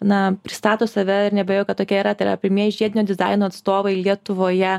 na pristato save ir neabejoju kad tokie yra tai yra pirmieji žiedinio dizaino atstovai lietuvoje